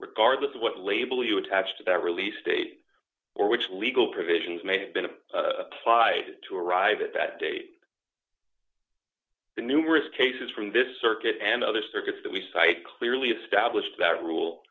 regardless of what label you attach to that release date or which legal provisions may have been applied to arrive at that date the numerous cases from this circuit and other circuits that we cite clearly established that rule